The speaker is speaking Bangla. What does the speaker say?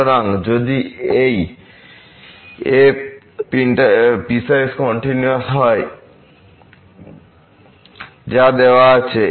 সুতরাং যদি এই f পিসওয়াইস কন্টিনিউয়াস ফাংশন হয় যা দেওয়া আছে